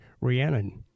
Rhiannon